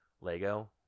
Lego